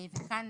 וכאן